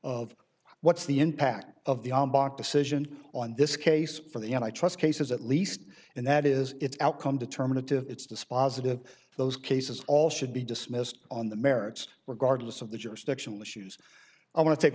of what's the impact of the on bok decision on this case for the i trust cases at least and that is it's outcome determinative it's dispositive those cases all should be dismissed on the merits regardless of the jurisdictional issues i want to take